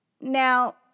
Now